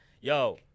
Yo